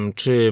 czy